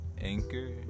Anchor